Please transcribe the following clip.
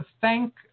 thank